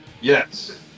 Yes